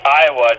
Iowa